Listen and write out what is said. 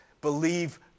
believe